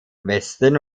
westen